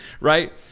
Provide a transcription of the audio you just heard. right